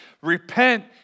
Repent